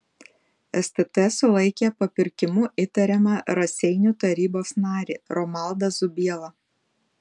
stt sulaikė papirkimu įtariamą raseinių tarybos narį romaldą zubielą